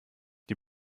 die